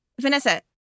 Vanessa